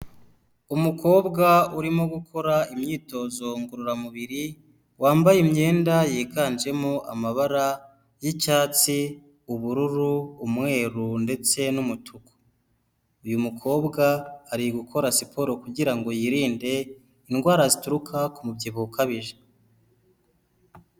Umukobwa urimo gukora imyitozo ngororamubiri wambaye imyenda yiganjemo amabara y'icyatsi, ubururu, umweru ndetse n'umutuku. Uyu mukobwa ari gukora siporo kugirango yirinde indwara zituruka ku mubyibuho ukabije.